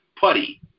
putty